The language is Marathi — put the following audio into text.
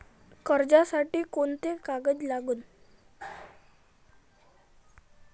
कर्जसाठी कोंते कागद लागन?